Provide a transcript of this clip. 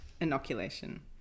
Inoculation